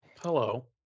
Hello